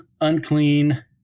unclean